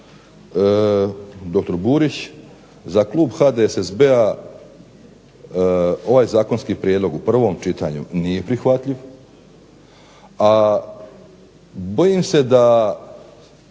dr. Burić, za Klub HDSSB-a ovaj zakonski prijedlog u prvom čitanju nije prihvatljiv a bojim se da